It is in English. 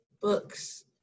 books